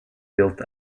built